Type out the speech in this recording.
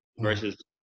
versus